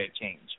change